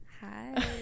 Hi